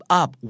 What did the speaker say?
up